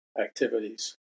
activities